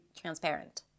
transparent